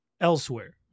Elsewhere